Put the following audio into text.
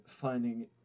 finding